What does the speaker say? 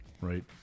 right